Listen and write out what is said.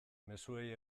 mezuei